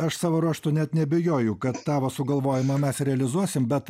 aš savo ruožtu net neabejoju kad tavo sugalvojimą mes realizuosim bet